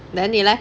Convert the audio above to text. then 你 leh